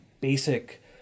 basic